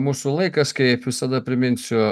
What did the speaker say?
mūsų laikas kaip visada priminsiu